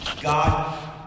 God